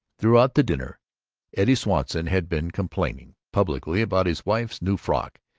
throughout the dinner eddie swanson had been complaining, publicly, about his wife's new frock.